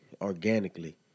organically